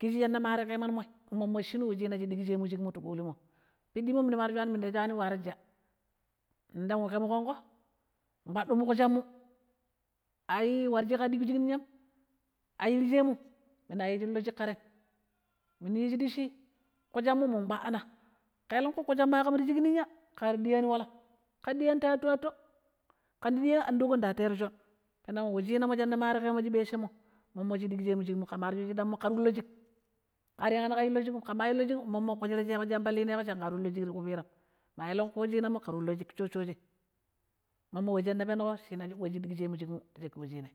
kisshi shinna mareƙemanmo mommo shinu we china shi digshi shig ti ƙulimmo piddi minu ma ti scwani minda scwani wari ja'a yindang we kemo ƙonƙo mpkadumu ƙujammu, aii wari shiƙa ɗiƙ shig ninyam aii yirshemu minu yishin ti shigkirem, minu chici piɗɗi ƙujammu mun mpkaɗɗina, ƙelenƙu ƙujam ma ƙam ti shiƙ niya kari diya ni walam kira diyani ta atto-atto ƙira dayani ando ƙo di wantero choon peneg wuchina shinna mari ke ma ɓeshinmmo ƙema ri chu chiɗam chinammo kera yu loo shig akri yaghani ka yu loo shigm, ƙima yu loo shigm mommo ƙu shira shi Yamba liniƙon shinna ƙo kariyu loo shig tu ƙupiram, maeleƙu wo chinammo ke ra yu looshig shoshoshe, moomo we shin na penƙo ummo wuchina shi diƙshemu shig mu ta shakki wuchinai